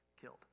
killed